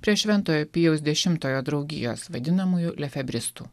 prie šventojo pijaus dešimtojo draugijos vadinamųjų lefebristų